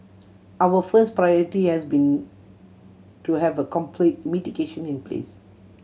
our first priority has been to have a complete mitigation in place